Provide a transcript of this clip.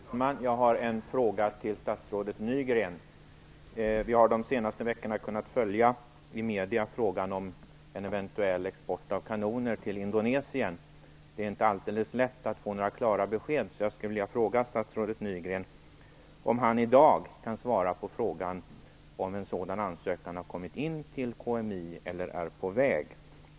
Fru talman! Jag har en fråga till statsrådet Nygren. Vi har de senaste veckorna i medierna kunnat följa frågan om en eventuell export av kanoner till Indonesien. Det är inte helt lätt att få några klara besked, så jag skulle vilja fråga statsrådet Nygren om han i dag kan svara på frågan om en sådan ansökan har kommit in till KMI eller är på väg.